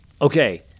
okay